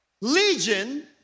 Legion